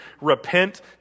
repent